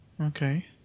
Okay